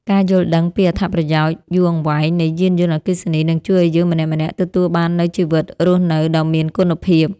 ការយល់ដឹងពីអត្ថប្រយោជន៍យូរអង្វែងនៃយានយន្តអគ្គិសនីនឹងជួយឱ្យយើងម្នាក់ៗទទួលបាននូវជីវិតរស់នៅដ៏មានគុណភាព។